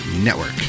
Network